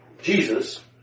Jesus